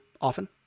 Often